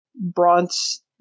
bronze